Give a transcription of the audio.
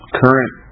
current